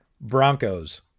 Broncos